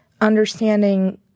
understanding